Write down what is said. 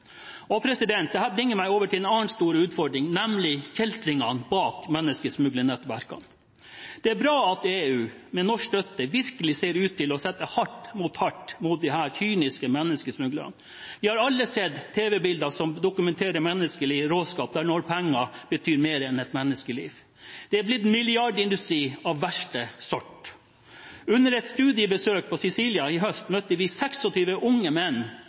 bringer meg over til en annen stor utfordring, nemlig kjeltringene bak menneskesmuglernettverkene. Det er bra at EU med norsk støtte virkelig ser ut til å sette hardt mot hardt mot disse kyniske menneskesmuglerne. Vi har alle sett tv-bildene som dokumenterer menneskelig råskap når penger betyr mer enn et menneskeliv. Det er blitt milliardindustri av verste sort. Under et studiebesøk på Sicilia i høst møtte vi 26 unge menn